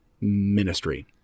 ministry